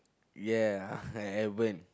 ya I haven't